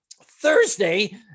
Thursday